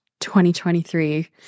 2023